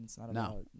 No